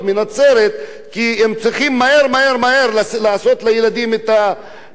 כי הם צריכים מהר לעשות לילדים את החיסונים,